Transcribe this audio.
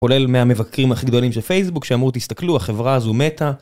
כולל מהמבקרים הכי גדולים של פייסבוק, שאמור תסתכלו, החברה הזו מתה.